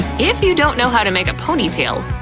if you don't know how to make a ponytail,